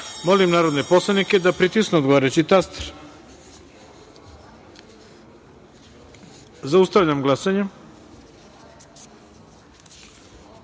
narodne poslanike da pritisnu odgovarajući taster. Zaustavljam glasanje: